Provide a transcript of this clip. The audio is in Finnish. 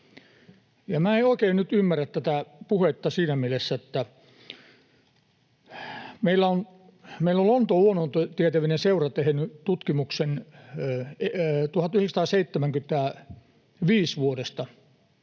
en oikein nyt ymmärrä tätä puhetta siinä mielessä, että kun meillä on Lontoon luonnontieteellinen seura tehnyt tutkimusta vuodesta